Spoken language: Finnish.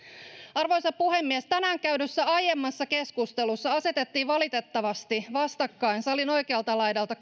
arvoisa puhemies tänään käydyssä aiemmassa keskustelussa valitettavasti salin oikealta laidalta